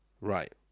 Right